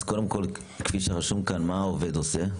קודם כל, כפי שרשום כאן, מה העובד עושה?